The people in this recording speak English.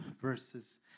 verses